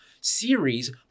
series